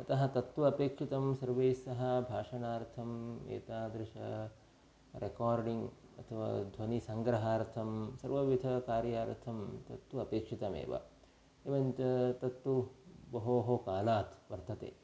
अतः तत्तु अपेक्षितं सर्वैस्सह भाषणार्थम् एतादृश रेकार्डिङ्ग् अथवा ध्वनिसङ्ग्रहार्थं सर्वविधकार्यार्थं तत्तु अपेक्षितमेव एवञ्च तत्तु बहोः कालात् वर्तते